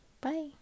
Bye